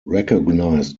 recognised